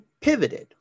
pivoted